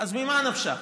אז ממה נפשך?